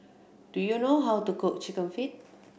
do you know how to cook Chicken Feet